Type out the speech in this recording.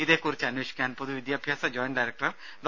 ഇതേക്കുറിച്ച് അന്വേഷിക്കാൻ പൊതു വിദ്യാഭ്യാസ ജോയിന്റ് ഡയറക്ടർ ഡോ